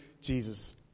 Jesus